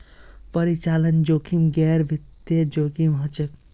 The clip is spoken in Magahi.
परिचालन जोखिम गैर वित्तीय जोखिम हछेक